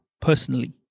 personally